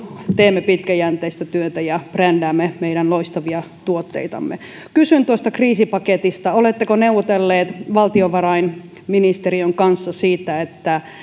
teemme pitkäjänteistä työtä ja brändäämme meidän loistavia tuotteitamme kysyn tuosta kriisipaketista oletteko neuvotelleet valtiovarainministeriön kanssa siitä että